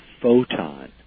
photon